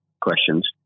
questions